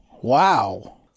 wow